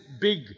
big